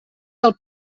del